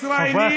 ישראלים,